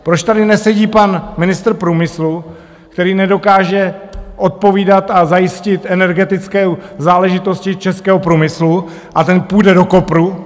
Proč tady nesedí pan ministr průmyslu, který nedokáže odpovídat a zajistit energetické záležitosti českého průmyslu, a ten půjde do kopru?